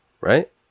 right